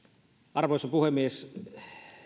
arvoisa puhemies